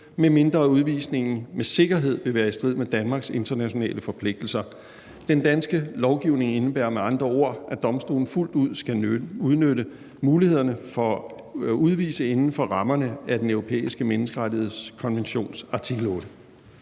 medmindre udvisningen med sikkerhed vil være i strid med Danmarks internationale forpligtelser. Den danske lovgivning indebærer med andre ord, at domstolen fuldt ud skal udnytte mulighederne for at udvise inden for rammerne af Den Europæiske Menneskerettighedskonventions artikel 8.